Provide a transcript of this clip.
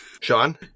Sean